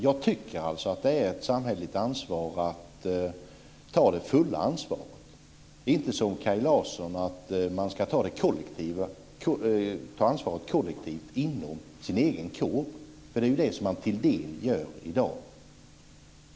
Jag tycker att det fulla ansvaret ska vara samhälleligt, inte som Kaj Larsson att man ska ta ansvaret kollektivt inom sin egen kår. Det är det man till dels gör i dag.